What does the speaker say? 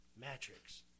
Matrix